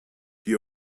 die